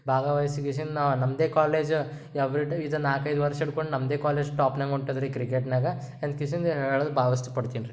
ಭಾಗವಹಿಸಿ ಕೇಸಿಂದ ನ ನಮ್ಮದೇ ಕಾಲೇಜ್ ಇದು ನಾಲ್ಕೈದು ವರ್ಷ ಹಿಡ್ಕೊಂಡ್ ನಮ್ಮದೇ ಕಾಲೇಜ್ ಟಾಪ್ನಾಗ ಹೊಂಟದ್ರಿ ಕ್ರಿಕೆಟ್ನ್ಯಾಗ ಅಂದ ಕೇಸಿಂದ ಹೇಳೋದು ಭಾಳ ಇಷ್ಟಪಡ್ತೀನಿ ರಿ